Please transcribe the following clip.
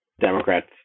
Democrats